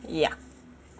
ya